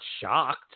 shocked